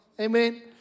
Amen